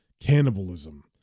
cannibalism